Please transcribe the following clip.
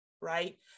right